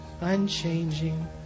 unchanging